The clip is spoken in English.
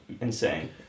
Insane